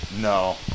No